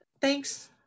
Thanks